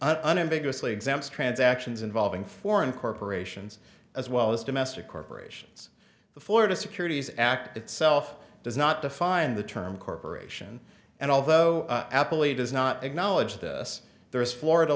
unambiguous lee exempts transactions involving foreign corporations as well as domestic corporations the florida securities act itself does not define the term corporation and although i happily does not acknowledge this there is florida